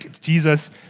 Jesus